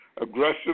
aggressive